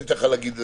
אני אתן לך להגיד,